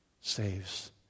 saves